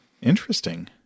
Interesting